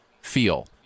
feel